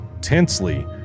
Tensely